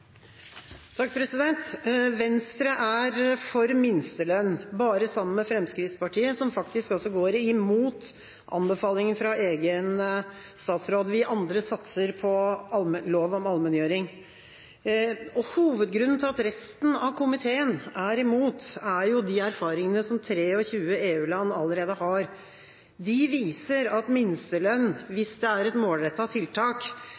minstelønn og står sammen med Fremskrittspartiet, som faktisk går imot anbefalingene fra egen statsråd. Vi andre satser på lov om allmenngjøring. Hovedgrunnen til at resten av komiteen er imot, er de erfaringene som 23 EU-land allerede har. De viser at minstelønn, hvis det er et målrettet tiltak,